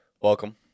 Welcome